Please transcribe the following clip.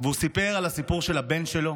והוא סיפר את הסיפור של הבן שלו